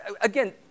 again